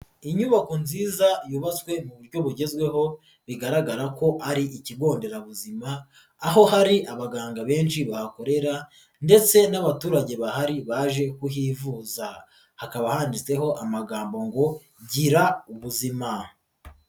Inyubako nziza yubatswe mu buryo bugezweho bigaragara ko ari ikigo nderabuzima aho hari abaganga benshi bahakorera ndetse n'abaturage bahari baje kuhivuza, hakaba handitseho amagambo ngo gira ubuzima.